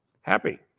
happy